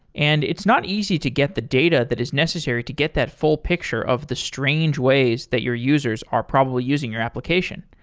and it's not easy to get the data that is necessary to get that full picture of the strange ways that your users are probably using your application.